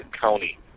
county